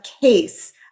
case